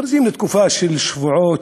מכריזים לתקופה של שבועות,